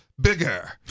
bigger